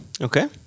Okay